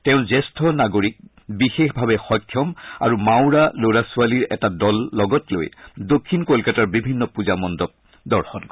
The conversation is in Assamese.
তেওঁ জ্যেষ্ঠ নাগৰিক বিশেষভাৱে সক্ষম আৰু মাওৰা লৰা ছোৱালীৰ এটা দল লগত লৈ দক্ষিণ কলকাতাৰ বিভিন্ন পূজামণ্ডপ দৰ্শন কৰে